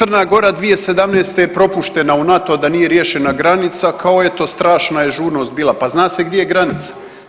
Crna Gora 2017. je propuštena u NATO da nije riješena granica, kao eto strašna je žurnost bila, pa zna se gdje je granica.